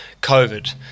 COVID